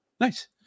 nice